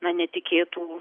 na netikėtų